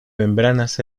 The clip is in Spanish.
membranas